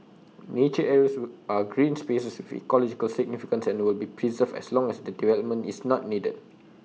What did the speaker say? nature areas are green spaces with ecological significance and will be preserved as long as development is not needed